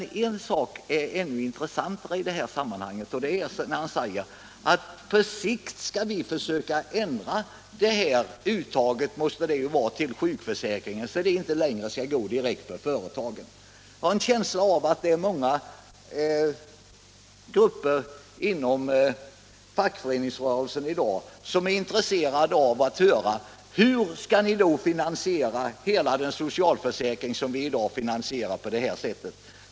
Men intressantare är att herr Gustafsson säger att på sikt skall vi försöka ändra det här uttaget — det måste ju vara sjukförsäkringen som herr Gustafsson avser — och att det inte längre skall tas direkt från företagen. Jag har en känsla av att det är många grupper inom fackföreningsrörelsen i dag som är intresserade av att höra hur ni då skall finansiera hela den socialförsäkring som vi i dag finansierar genom arbetsgivaravgift.